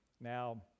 Now